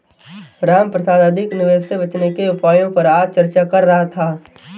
रामप्रसाद अधिक निवेश से बचने के उपायों पर आज चर्चा कर रहा था